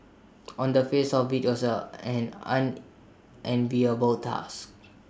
on the face of IT it was an unenviable task